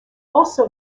also